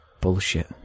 bullshit